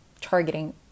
targeting